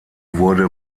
wurde